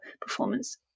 performance